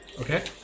Okay